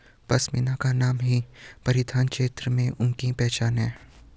पशमीना का नाम ही परिधान क्षेत्र में उसकी पहचान है